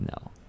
No